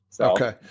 Okay